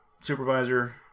supervisor